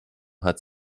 hat